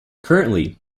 currently